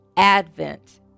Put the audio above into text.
Advent